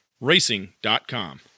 Racing.com